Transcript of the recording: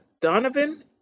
Donovan